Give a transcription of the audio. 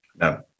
No